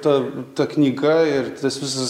ta ta knyga ir tas visas